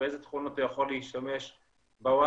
באיזה תכונות הוא יכול להשתמש בוואטסאפ,